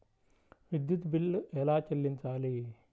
విద్యుత్ బిల్ ఎలా చెల్లించాలి?